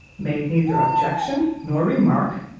made neither objection nor remark,